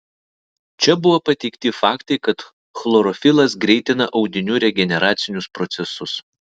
čia buvo pateikti faktai kad chlorofilas greitina audinių regeneracinius procesus